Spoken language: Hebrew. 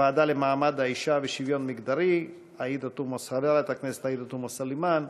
הוועדה לקידום מעמד האישה ושוויון מגדרי חברת הכנסת עאידה תומא סלימאן,